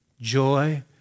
Joy